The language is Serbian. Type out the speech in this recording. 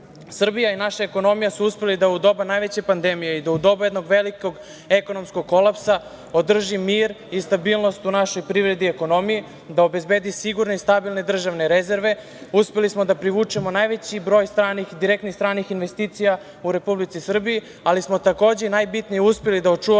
Srbija i naša ekonomija su uspele da u doba najveće pandemije i u doba jednog velikog ekonomskog kolapsa održe mir i stabilnost u našoj privredi i ekonomiji, da obezbedi sigurne i stabilne državne rezerve. Uspeli smo da privučemo najveći broj direktnih stranih investicija u Republici Srbiji, ali smo, takođe, najbitnije uspeli da očuvamo